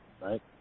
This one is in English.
right